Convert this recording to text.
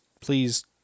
please